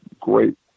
great